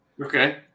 Okay